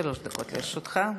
שלוש דקות לרשותך.